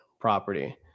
property